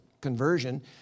conversion